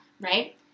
Right